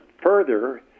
further